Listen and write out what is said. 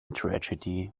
tragedy